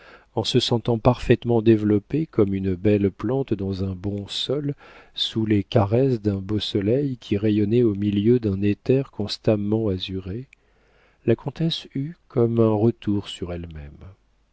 en se sentant parfaitement développée comme une belle plante dans un bon sol sous les caresses d'un beau soleil qui rayonnait au milieu d'un éther constamment azuré la comtesse eut comme un retour sur elle-même